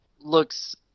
looks